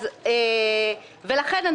ולכן,